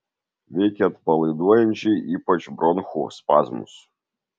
veikia atpalaiduojančiai ypač bronchų spazmus